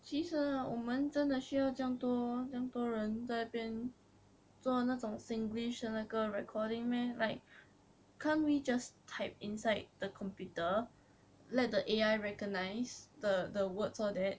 其实 ah 我们真的需要这样多这样多人在这边做那种 singlish 的那个 recording meh like can't we just type inside the computer let the A_I recognize the the words all that